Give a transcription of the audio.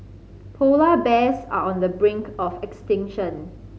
polar bears are on the brink of extinction